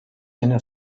einer